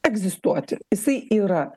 egzistuoti jisai yra